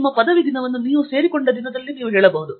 ನಿಮ್ಮ ಪದವಿ ದಿನವನ್ನು ನೀವು ಸೇರಿಕೊಂಡ ದಿನದಲ್ಲಿ ನೀವು ಹೇಳಬಹುದು